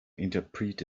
interpret